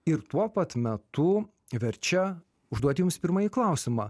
ir tuo pat metu verčia užduoti jums pirmąjį klausimą